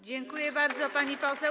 Dziękuję bardzo, pani poseł.